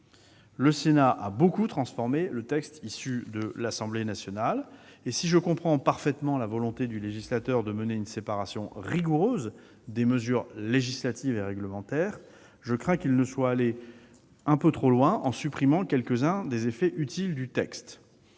Le Sénat a beaucoup transformé le texte issu de l'Assemblée nationale. Si je comprends parfaitement sa volonté de législateur d'opérer une séparation rigoureuse des mesures législatives et réglementaires, je crains qu'il ne soit allé un peu trop loin, en supprimant quelques-uns des effets utiles du texte.